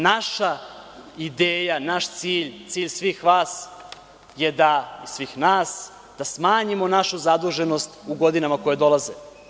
Naša ideja, naš cilj, cilj svih vas i svih nas je da smanjimo našu zaduženost u godinama koje dolaze.